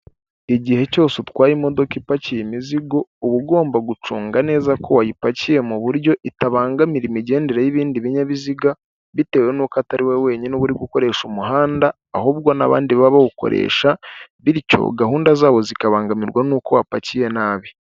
Igihe cyose utwaye imodoka ipakiye imizigo uba ugomba gucunga neza ko wayipakiye mu buryo itabangamira imigendere y'ibindi binyabiziga bitewe n'uko atari we wenyine uri gukoresha umuhanda, ahubwo n'abandi baba bawukoresha bityo gahunda zawo zikabangamirwa n'uko wapakiye nabi.